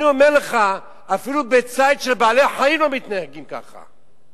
אני אומר לך, אפילו בציד בעלי-חיים לא מתנהגים כך.